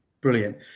brilliant